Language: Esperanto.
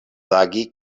agi